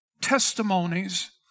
testimonies